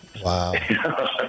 Wow